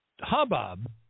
hubbub